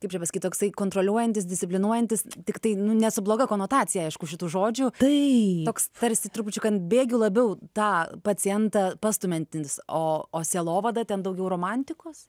kaip čia pasakyt toksai kontroliuojantis disciplinuojantis tiktai ne su bloga konotacija aišku šitų žodžių tai toks tarsi trupučiuką ant bėgių labiau tą pacientą pastumiantis o o sielovada ten daugiau romantikos